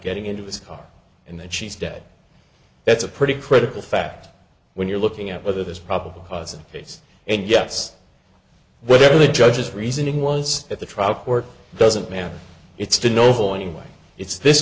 getting into his car and that she's dead that's a pretty critical fact when you're looking at whether there's probable cause and case and yes whatever the judge's reasoning was at the trial court doesn't matter it's to normal anyway it's this